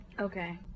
Okay